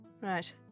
right